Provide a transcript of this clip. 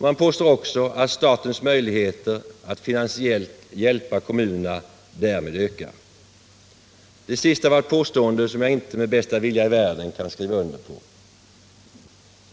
Man påstår också att statens möj ligheter att finansiellt hjälpa kommunerna därmed ökar. Det påståendet kan jag med bästa vilja i världen inte skriva under på.